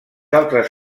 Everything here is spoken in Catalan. altres